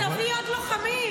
תביא עוד לוחמים.